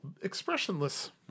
expressionless